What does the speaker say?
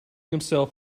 himself